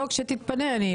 לא, כשתתפנה.